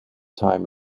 time